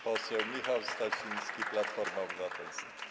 Poseł Michał Stasiński, Platforma Obywatelska.